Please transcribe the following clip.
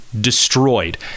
destroyed